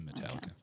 Metallica